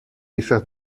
esas